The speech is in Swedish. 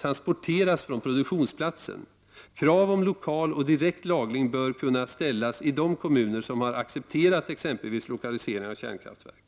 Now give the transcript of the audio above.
transporteras från produktionsplatsen. Krav beträffande lokal och direkt lagring bör kunna ställas i de kommuner som har accepterat exempelvis lokalisering av kärnkraftverk.